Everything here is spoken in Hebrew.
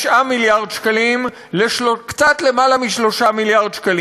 מיליארד ש"ח לקצת יותר מ-3 מיליארד ש"ח.